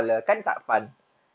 mm